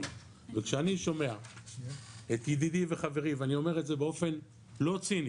וכשאני שומע את ידידי וחברי ואני אומר את זה באופן לא ציני